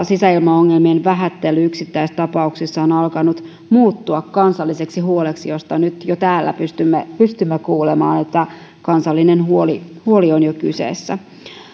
sisäilmaongelmien vähättely yksittäistapauksissa on alkanut muuttua kansalliseksi huoleksi josta nyt jo täällä pystymme pystymme kuulemaan että kansallinen huoli huoli on jo kyseessä